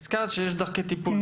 הזכרת שיש דרכי טיפול,